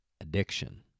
addiction